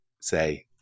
say